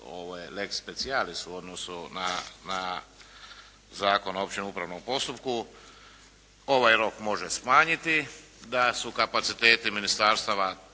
rok lex specialis u odnosu na Zakon o općem upravnom postupku ovaj rok može smanjiti, da su kapaciteti ministarstava